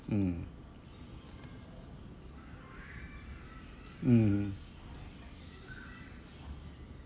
mm mm